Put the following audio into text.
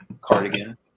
cardigan